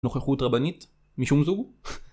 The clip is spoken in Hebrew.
נוכחות רבנית, משום זוג?